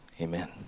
amen